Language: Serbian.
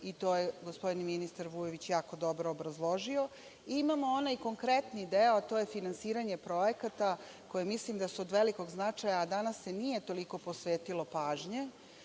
i to je gospodin ministar Vujović jako dobro obrazložio. Imamo onaj konkretni deo, a to je finansiranje projekata, koji mislim da su od velikog značaj, a danas se nije toliko posvetilo pažnje,